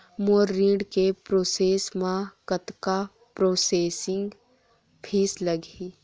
मोर ऋण के प्रोसेस म कतका प्रोसेसिंग फीस लगही?